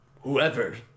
whoever